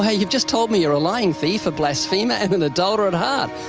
yeah you've just told me you're a lying thief, a blasphemer, and an adulterer at heart.